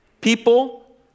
People